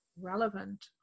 relevant